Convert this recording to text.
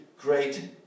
great